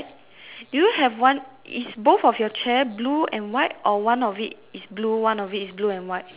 do you have one is both of your chair blue and white or one of it is blue one of it is blue and white